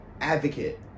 advocate